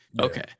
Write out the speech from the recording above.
Okay